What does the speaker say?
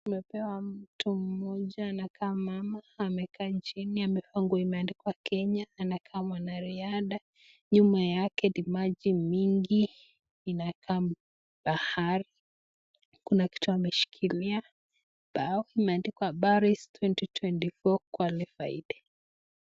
Tumepewa mtu mmoja anakaa mama. Amekaa chini, amevaa nguo imeandika Kenya. Anakaa mwanariadha. Nyuma yake ni maji mingii inakaa bahari. Kuna kitu ameshikilia, imeandikwa Paris 2024 qualified